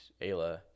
Ayla